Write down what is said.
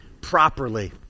properly